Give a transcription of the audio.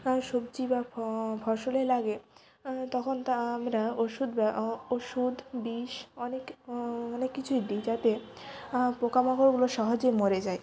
হ্যাঁ সবজি বা ফসলে লাগে তখন তা আমরা ওষুধ বা ওষুদ বিষ অনেক অনেক কিছুই দিই যাতে পোকা মাকড়গুলো সহজে মরে যায়